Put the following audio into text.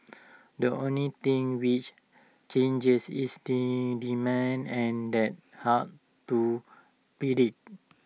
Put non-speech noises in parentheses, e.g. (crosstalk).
the only thing which changes is (unintelligible) demand and hard to predict